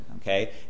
okay